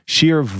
Sheer